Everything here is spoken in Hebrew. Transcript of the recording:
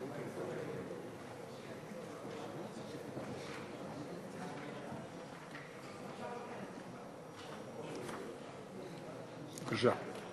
בבקשה.